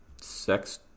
sex